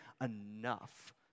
enough